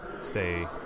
stay